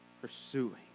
pursuing